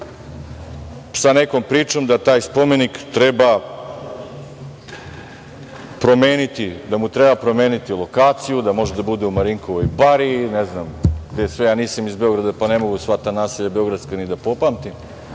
sa nekom pričom da taj spomenik treba promeniti, da mu treba promeniti lokaciju, da može da bude u Marinkovoj bari, ne znam gde sve. Ja nisam iz Beograda, pa ne mogu sva ta beogradska naselja ni da popamtim,